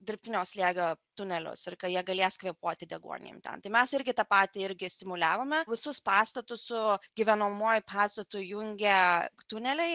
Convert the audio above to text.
dirbtinio sniego tunelius ir jie galės kvėpuoti deguonimi ten tai mes irgi tą patį irgi simuliavome visus pastatus su gyvenamuoju pastatu jungia tuneliai